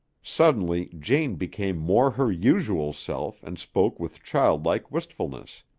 suddenly jane became more her usual self and spoke with childlike wistfulness.